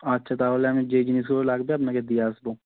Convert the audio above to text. আচ্ছা তাহলে আমি যে জিনিসগুলো লাগবে আপনাকে দিয়ে আসবো